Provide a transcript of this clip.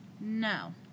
no